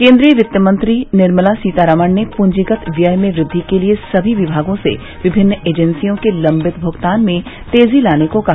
केन्द्रीय वित्तमंत्री निर्मला सीतारामन ने पूंजीगत व्यय में वृद्धि के लिए सभी विभागों से विभिन्न एजेंसियों के लंबित भुगतान में तेजी लाने को कहा